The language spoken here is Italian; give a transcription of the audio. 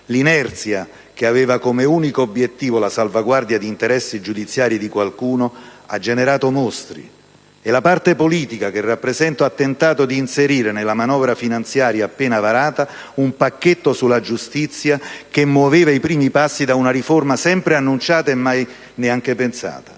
predecessore, che aveva come unico obiettivo la salvaguardia degli interessi giudiziari di qualcuno, ha generato mostri. La parte politica che rappresento ha tentato di inserire nella manovra finanziaria appena varata un pacchetto sulla giustizia che muoveva i primi passi di una riforma sempre annunciata e mai neanche pensata.